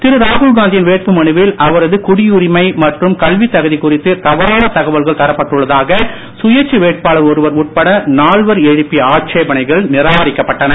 திரு ராகுல்காந்தியின் வேட்புமனுவில் அவரது குடியுரிமை மற்றும் கல்வித் தகுதி குறித்து தவறான தகவல்கள் தரப்பட்டுள்ளதாக சுயேட்சை வேட்பாளர் ஒருவர் உட்பட நால்வர் எழுப்பிய ஆட்சேபணைகள் நிராகரிக்கப்பட்டன